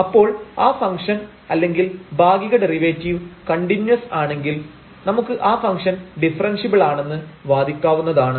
അപ്പോൾ ആ ഫംഗ്ഷൻ അല്ലെങ്കിൽ ഭാഗിക ഡെറിവേറ്റീവ് കണ്ടിന്യുവസ് ആണെങ്കിൽ നമുക്ക് ആ ഫംഗ്ഷൻ ഡിഫറെൻഷ്യബിൾ ആണെന്ന് വാദിക്കാവുന്നതാണ്